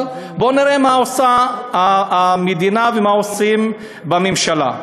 אבל בואו נראה מה עושה המדינה ומה עושים בממשלה.